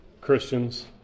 Christians